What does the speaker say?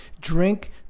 drink